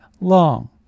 long